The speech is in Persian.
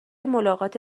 ملاقات